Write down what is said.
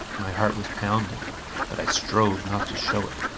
my heart was pounding but i strove not to show it.